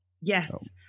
Yes